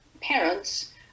parents